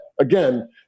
again